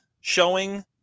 showing